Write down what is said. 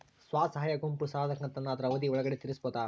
ಸ್ವಸಹಾಯ ಗುಂಪು ಸಾಲದ ಕಂತನ್ನ ಆದ್ರ ಅವಧಿ ಒಳ್ಗಡೆ ತೇರಿಸಬೋದ?